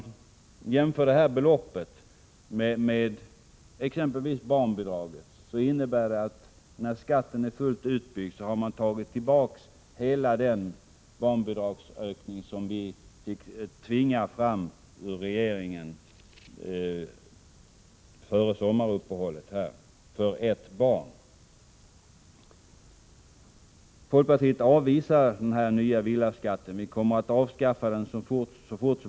Vidare: En jämförelse av detta belopp med exempelvis barnbidraget visar att man, när denna skatt är fullt utbyggd, har tagit tillbaka hela den barnbidragsökning — för ett barn — som vi fick tvinga fram från regeringen före sommaruppehållet! Folkpartiet avvisar den nya villaskatten. Vi kommer att avskaffa den så fort som möjligt.